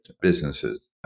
businesses